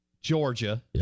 Georgia